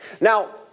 Now